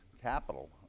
capital